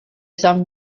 some